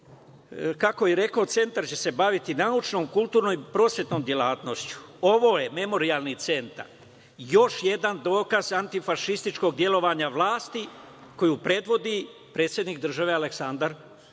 je rekao, centar će se baviti naučnom, kulturnom i prosvetnom delatnošću. Ovo je Memorijalni centar još jedan dokaz antifašističkog delovanja vlasti koju predvodi predsednik države Aleksandar Vučić